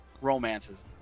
romances